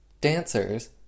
dancers